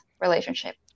relationship